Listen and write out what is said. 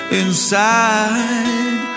inside